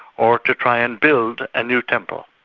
or to try and build a new temple.